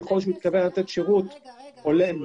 ככל שהוא התכוון לתת שירות הולם והוגן,